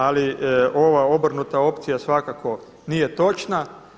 Ali ova obrnuta opcija svakako nije točna.